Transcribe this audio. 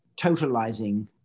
totalizing